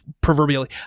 proverbially